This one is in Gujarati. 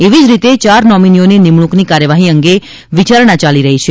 એવી જ રીતે યાર નોમિનીઓની નિમણૂંકની કાર્યવાહી અંગે વિયારણા યાલી રહી છે